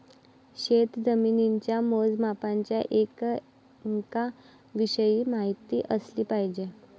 शेतजमिनीच्या मोजमापाच्या एककांविषयी माहिती असली पाहिजे